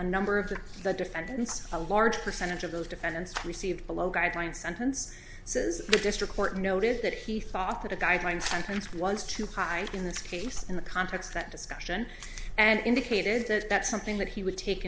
a number of the defendants a large percentage of those defendants received a low guideline sentence says the district court noted that he thought that a guideline sentence wants to cry in this case in the context that discussion and indicated that that's something that he would take